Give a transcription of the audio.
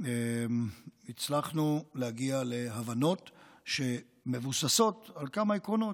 והצלחנו להגיע להבנות שמבוססות על כמה עקרונות,